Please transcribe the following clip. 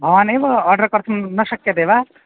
भवान् एव आर्डर् कर्तुं न शक्यते वा